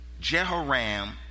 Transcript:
Jehoram